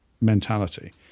mentality